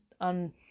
on